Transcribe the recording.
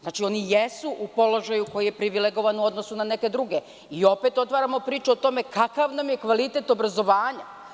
Znači, oni jesu u položaju koji jeste privilegovan u odnosu na neke druge i opet otvaramo priču o tome kakav nam je kvalitet obrazovanja.